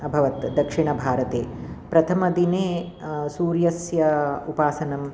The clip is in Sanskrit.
अभवत् दक्षिणभारते प्रथमदिने सूर्यस्य उपासना